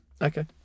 okay